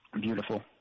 Beautiful